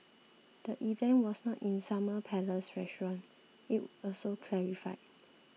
the event was not in Summer Palace restaurant it also clarified